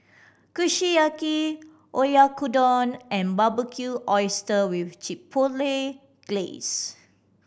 Kushiyaki Oyakodon and Barbecue Oyster with Chipotle Glaze